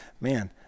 man